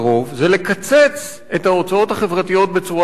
לקצץ את ההוצאות החברתיות בצורה דרמטית.